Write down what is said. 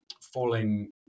falling